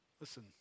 Listen